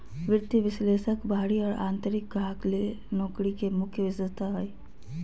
वित्तीय विश्लेषक बाहरी और आंतरिक ग्राहक ले नौकरी के मुख्य विशेषता हइ